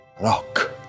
rock